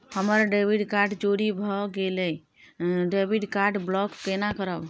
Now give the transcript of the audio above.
हमर debit card चोरी भगेलै डेबिट कार्ड ब्लॉक केना करब?